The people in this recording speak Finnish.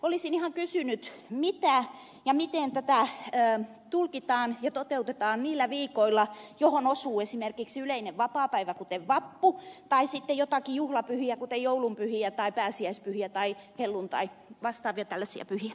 olisin ihan kysynyt mitä ja miten tätä tulkitaan ja toteutetaan niillä viikoilla joihin osuu esimerkiksi yleinen vapaapäivä kuten vappu tai sitten joitakin juhlapyhiä kuten joulunpyhiä tai pääsiäispyhiä tai helluntai vastaavia tällaisia pyhiä